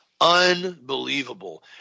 Unbelievable